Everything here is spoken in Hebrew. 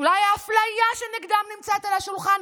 אולי האפליה שנגדם נמצאת על השולחן.